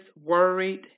worried